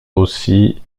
aussi